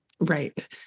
Right